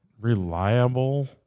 Reliable